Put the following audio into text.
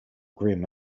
grim